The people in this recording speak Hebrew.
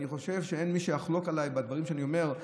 אני חושב שאין מי שיחלוק עליי בדברים שאני אומר,